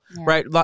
Right